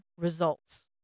results